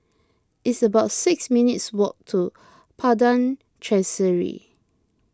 it's about six minutes' walk to Padang Chancery